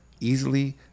easily